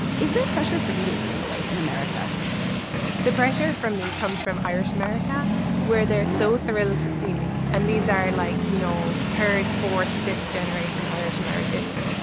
is there pressure for you to assimilate in america the pressure from me comes from irish america where they're so thrilled to see me and these are like you know third fourth fifth generation irish americans.